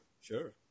sure